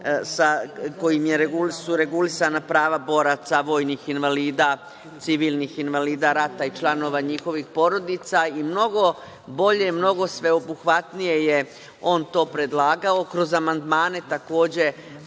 kojim su regulisana prava boraca, vojnih invalida, civilnih invalida rata i članova njihovih porodica i mnogo bolje i mnogo sveobuhvatnije je on to predlagao. Kroz amandmane takođe